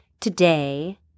today